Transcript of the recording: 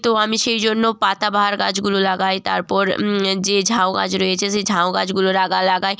তো আমি সেই জন্য পাতাবাহার গাছগুলো লাগাই তারপর যে ঝাউ গাছগুলো রয়েছে সেই ঝাউ গাচগুলো লাগাই